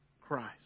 Christ